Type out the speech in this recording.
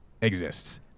exists